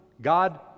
God